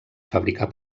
fabricar